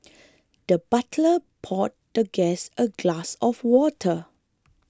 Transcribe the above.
the butler poured the guest a glass of water